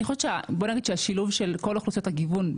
אני חושבת שהשילוב של כל אוכלוסיות הגיוון,